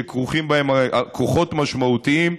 שכרוכים בהם כוחות משמעותיים,